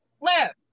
left